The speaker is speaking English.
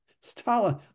Stalin